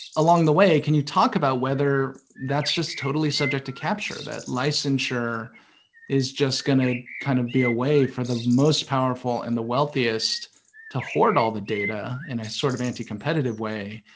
along the way, can you talk about whether that's just totally subject to capture. that licensure is just gonna kind of be a way for the most powerful and the wealthiest to hoard all the data, in a sort of anti competitive way,